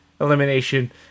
elimination